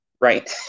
right